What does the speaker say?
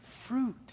fruit